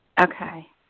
Okay